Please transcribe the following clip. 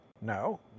No